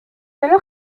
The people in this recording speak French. alors